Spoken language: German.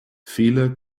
viele